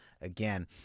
again